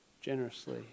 generously